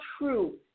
true